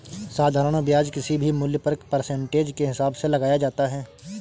साधारण ब्याज किसी भी मूल्य पर परसेंटेज के हिसाब से लगाया जाता है